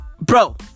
Bro